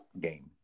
game